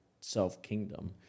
self-kingdom